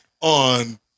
on